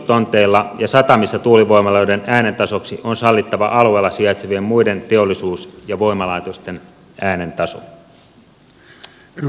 teollisuustonteilla ja satamissa tuulivoimaloiden äänen tasoksi on sallittava alueella sijaitsevien muiden teollisuus ja voimalaitosten äänen taso